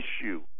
issue